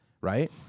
right